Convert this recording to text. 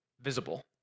visible